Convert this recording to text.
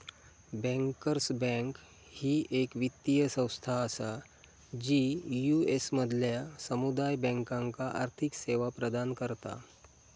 bankers bank ही येक वित्तीय संस्था असा जी यू.एस मधल्या समुदाय बँकांका आर्थिक सेवा प्रदान करता